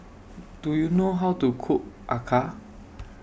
Do YOU know How to Cook Acar